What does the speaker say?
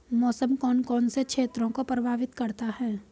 मौसम कौन कौन से क्षेत्रों को प्रभावित करता है?